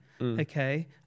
Okay